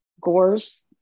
Gore's